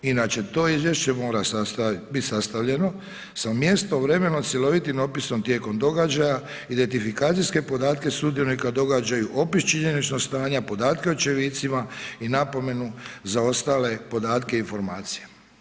Inače to izvješće mora biti sastavljeno sa mjestom, vremenom, cjelovitim opisom tijeka događaja, identifikacijske podatke sudionika događaju, opis činjeničnog stanja, podatke o očevicima i napomenu za ostale podatke i informacije.